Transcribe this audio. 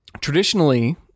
traditionally